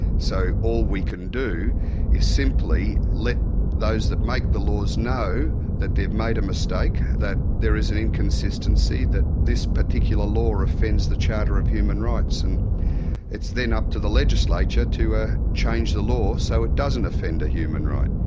so all we can do is simply let those that make the laws know that they've made a mistake, that there is an inconsistency, that this particular law offends the charter of human rights, and it's then up to the legislature to ah change the law so it doesn't offend a human right.